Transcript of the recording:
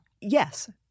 Yes